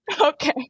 Okay